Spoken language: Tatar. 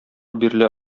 бирелә